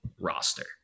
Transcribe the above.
roster